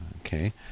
Okay